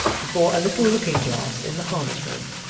before a little looking-glass in the harness-room.